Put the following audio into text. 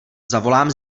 zavolám